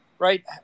Right